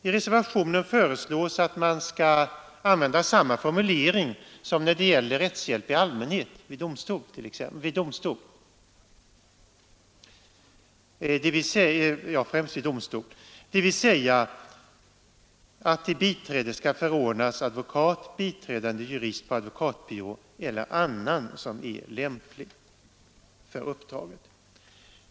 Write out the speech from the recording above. I reservationen föreslås att man skall använda samma formulering som när det gäller rättshjälp i allmänhet, främst vid domstol, dvs. att till biträde skall förordnas advokat, biträdande jurist på advokatbyrå eller annan person som är lämplig för uppdraget.